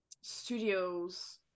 studios